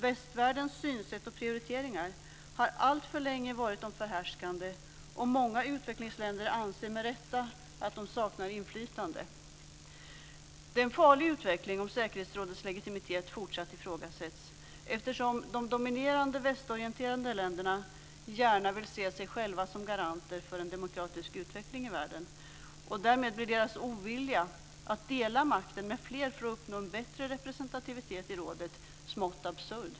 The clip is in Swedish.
Västvärldens synsätt och prioriteringar har alltför länge varit de förhärskande, och många utvecklingsländer anser med rätta att de saknar inflytande. Det är en farlig utveckling om säkerhetsrådets legitimitet fortsätter att ifrågasättas, eftersom de dominerande västorienterade länderna gärna vill se sig själva som garanter för en demokratisk utveckling i världen. Därmed blir deras ovilja att dela makten med fler för att uppnå en bättre representativitet i rådet smått absurd.